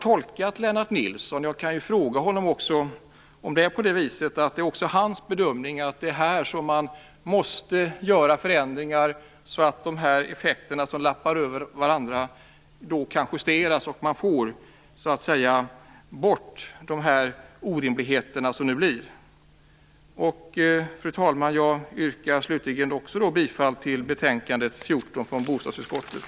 Är det också Lennart Nilssons bedömning att förändringar måste göras på detta område för att kunna justera de överlappande effekterna och få bort orimligheterna? Fru talman! Jag yrkar bifall till utskottets hemställan i betänkande 14 från bostadsutskottet.